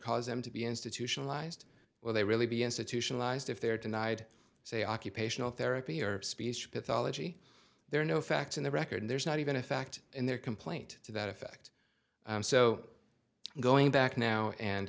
cause them to be institutionalized where they really be institutionalized if they're denied say occupational therapy or speech pathology there are no facts in the record there's not even a fact in their complaint to that effect so going back now and